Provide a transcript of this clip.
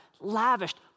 lavished